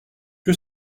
que